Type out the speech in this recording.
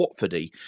Watfordy